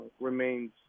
remains